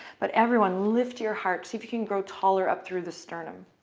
but everyone, lift your heart. see if you can grow taller up through the sternum.